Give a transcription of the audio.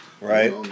Right